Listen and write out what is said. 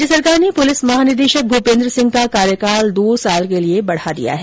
राज्य सरकार ने पुलिस महानिदेशक भूपेन्द्र सिंह का कार्यकाल दो वर्ष के लिए बढ़ा दिया है